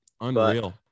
Unreal